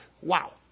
Wow